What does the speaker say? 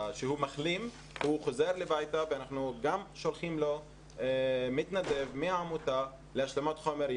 מחלים הוא חוזר הביתה ואנחנו שולחים לו מתנדב מהעמותה להשלמת חומר.